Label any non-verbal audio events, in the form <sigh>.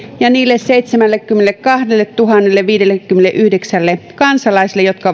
ja niille seitsemällekymmenellekahdelletuhannelleviidellekymmenelleyhdeksälle kansalaiselle jotka <unintelligible>